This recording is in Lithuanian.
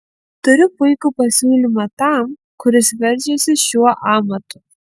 turiu puikų pasiūlymą tam kuris verčiasi šiuo amatu